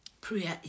Prayer